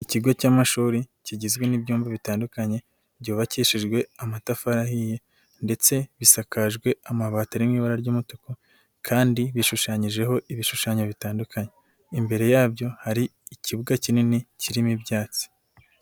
Ikigo cy'amashuri kigizwe n'ibyumba bitandukanye, byubakishijwe amatafari ahiye ndetse bisakajwe amabati n'ibara ry'umutuku kandi bishushanyijeho ibishushanyo bitandukanye. Imbere yabyo hari ikibuga kinini kirimo ibyatsi.